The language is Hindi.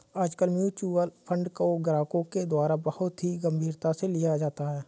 आजकल म्युच्युअल फंड को ग्राहकों के द्वारा बहुत ही गम्भीरता से लिया जाता है